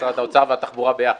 והתחבורה ביחד.